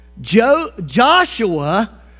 Joshua